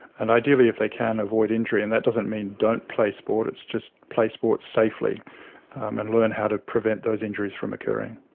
and ideally if they can avoid injury. and that doesn't mean don't play sport, it's just play sport safely um and learn how to prevent those injuries from occurring.